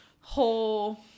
whole